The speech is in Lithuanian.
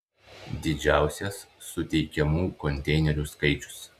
didžiausias suteikiamų konteinerių skaičius